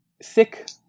sick